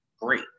great